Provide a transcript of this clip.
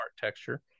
texture